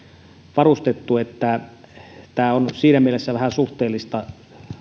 varustettu tämä on siinä mielessä vähän suhteellista